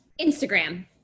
Instagram